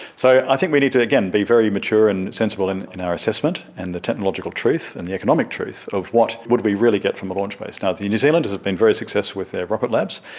so i think we need to, again, be very mature and sensible in in our assessment, and the technological truth and the economic truth of what would we really get from a launch base. now, the new zealanders have been very successful with their rocket labs.